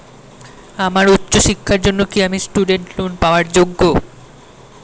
আমার উচ্চ শিক্ষার জন্য কি আমি স্টুডেন্ট লোন পাওয়ার যোগ্য?